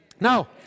Now